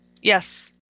Yes